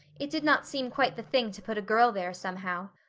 it did not seem quite the thing to put a girl there somehow.